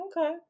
Okay